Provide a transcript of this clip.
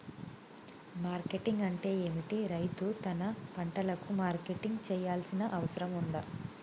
Marketing అంటే ఏమిటి? రైతు తన పంటలకు మార్కెటింగ్ చేయాల్సిన అవసరం ఉందా?